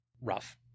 rough